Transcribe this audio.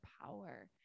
power